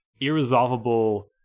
irresolvable